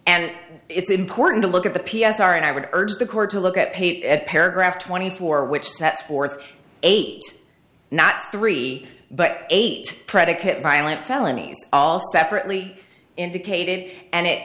and it's important to look at the p s r and i would urge the court to look at paragraph twenty four which sets forth eight not three but eight predicate violent felonies all separately indicated and it